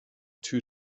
two